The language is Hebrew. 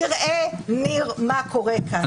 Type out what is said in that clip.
תראה ניר מה קורה כאן.